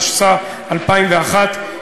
התשס"א 2001,